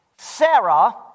Sarah